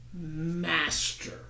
master